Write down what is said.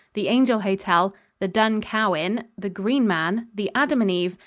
the angel hotel the dun cow inn, the green man, the adam and eve,